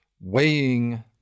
weighing